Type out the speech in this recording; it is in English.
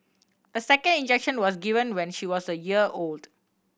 a second injection was given when she was a year old